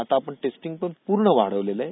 आता आपण टेस्टिंगपण पूर्ण वाढवलेलं आहे